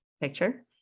picture